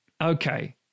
Okay